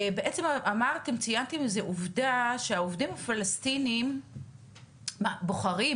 בעצם ציינתם עובדה שהעובדים הפלסטינים בוחרים